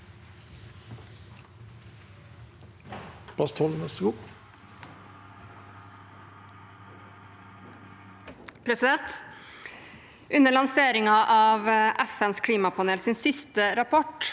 Under lanserin- gen av FNs klimapanels siste rapport